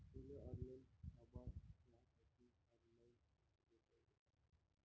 मले ऑनलाईन सामान घ्यासाठी ऑनलाईन पैसे देता येईन का?